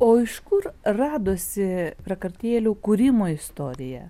o iš kur radosi prakartėlių kūrimo istorija